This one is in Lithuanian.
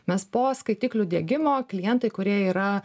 mes po skaitiklių diegimo klientai kurie yra